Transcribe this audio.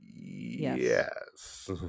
yes